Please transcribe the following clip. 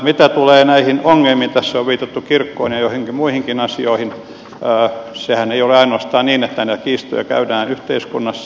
mitä tulee näihin ongelmiin tässä on viitattu kirkkoon ja joihinkin muihinkin asioihin sehän ei ole ainoastaan niin että näitä kiistoja käydään yhteiskunnassa